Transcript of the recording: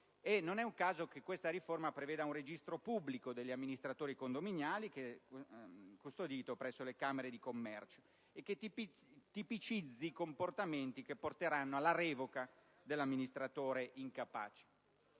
Non è un caso che questa riforma preveda un registro pubblico degli amministratori condominiali, custodito presso le Camere di commercio, e che tipicizzi i comportamenti che portano alla revoca dell'amministratore incapace.